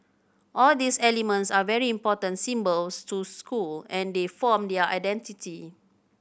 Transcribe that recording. all these elements are very important symbols to school and they form their identity